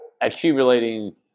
accumulating